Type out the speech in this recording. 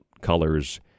colors